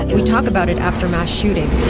we talk about it after mass shootings,